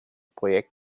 projekt